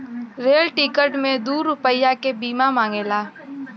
rail ticket मे दू रुपैया के बीमा मांगेला